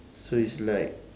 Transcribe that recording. so it's like